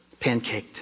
pancaked